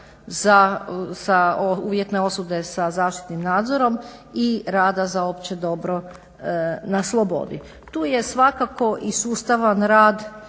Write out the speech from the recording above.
za uvjetne osude sa zaštitnim nadzorom i rada za opće dobro na slobodi. Tu je svakako i sustavan rad